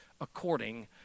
according